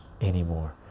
anymore